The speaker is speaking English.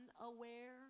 unaware